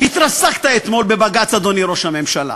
התרסקת אתמול בבג"ץ, אדוני ראש הממשלה.